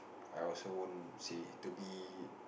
I also won't say to be